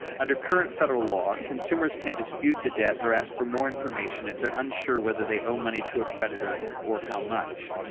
under current federal law, consumers can dispute the debt or ask for more information if they are unsure whether they owe money to a creditor or how much,